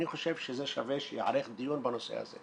אני חושב שזה שווה שייערך דיון בנושא הזה.